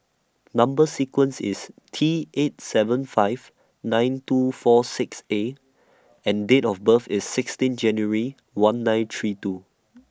Number sequence IS T eight seven five nine two four six A and Date of birth IS sixteen January one nine three two